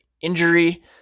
injury